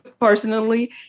personally